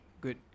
Good